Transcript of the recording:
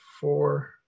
four